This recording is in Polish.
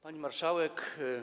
Pani Marszałek!